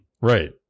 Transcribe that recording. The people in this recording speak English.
right